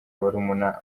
barumuna